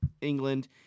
england